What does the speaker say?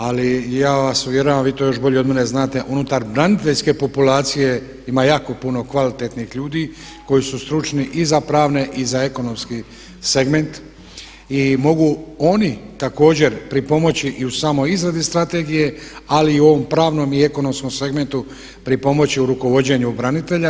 Ali ja vas uvjeravam, vi to još bolje od mene znate, unutar braniteljske populacije ima jako puno kvalitetnih ljudi koji su stručni i za pravne i za ekonomski segment i mogu oni također pripomoći i u samoj izradi strategije ali i u ovom pravnom i ekonomskom segmentu pripomoći u rukovođenju branitelja.